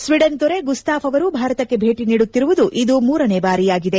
Sweden ದೊರೆ Gustaf ಅವರು ಭಾರತಕ್ಕೆ ಭೇಟ ನೀಡುತ್ತಿರುವುದು ಇದು ಮೂರನೇ ಬಾರಿಯಾಗಿದೆ